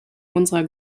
unserer